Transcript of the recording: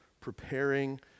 preparing